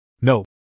No